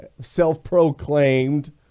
self-proclaimed